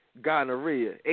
gonorrhea